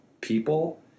people